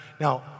Now